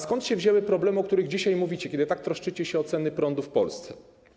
A skąd się wzięły problemy, o których dzisiaj mówicie, kiedy tak troszczycie się o ceny prądu w Polsce?